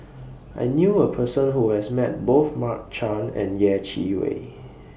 I knew A Person Who has Met Both Mark Chan and Yeh Chi Wei